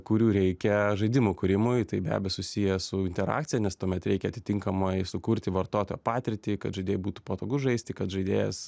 kurių reikia žaidimų kūrimui tai be abejo susiję su interakcija nes tuomet reikia atitinkamai sukurti vartotojo patirtį kad žaidėjui būtų patogu žaisti kad žaidėjas